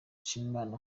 dushimimana